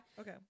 Okay